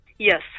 Yes